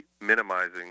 minimizing